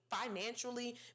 financially